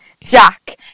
Jack